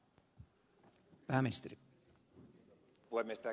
arvoisa puhemies